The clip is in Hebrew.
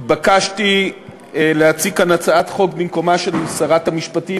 התבקשתי להציג כאן הצעת חוק במקומה של שרת המשפטים,